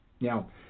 now